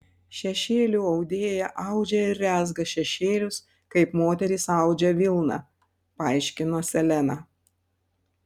šešėlių audėja audžia ir rezga šešėlius kaip moterys audžia vilną paaiškino seleną